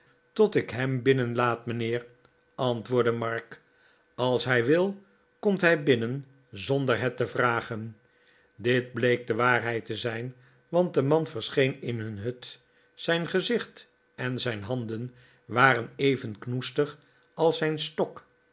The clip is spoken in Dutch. tot ik hem binnenlaat mijnheer antwoordde mark als hij wil komt hij binnen zonder het te vragen dit bleek de waarheid te zijn want de man verscheen in hun hut zijn gezicht en zijn handen waren even knoestig als zijn stok